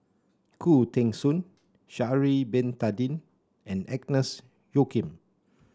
Khoo Teng Soon Sha'ari Bin Tadin and Agnes Joaquim